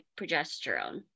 progesterone